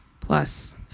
plus